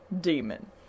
demon